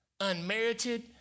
unmerited